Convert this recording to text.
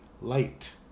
light